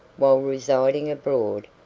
while residing abroad,